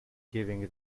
giving